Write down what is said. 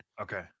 Okay